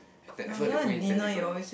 the effort they put in damn different